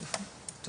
אז